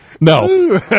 No